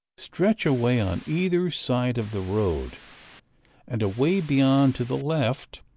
stretch away on either side of the road and away beyond to the left,